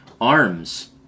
arms